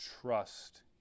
trust